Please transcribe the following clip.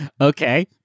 Okay